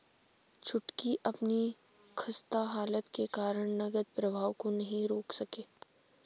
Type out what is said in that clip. छुटकी अपनी खस्ता हालत के कारण नगद प्रवाह को नहीं रोक सके